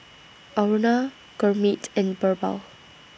Aruna Gurmeet and Birbal